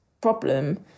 problem